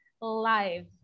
live